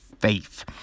faith